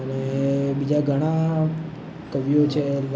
અને બીજા ઘણા કવિઓ છે